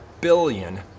billion